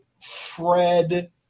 Fred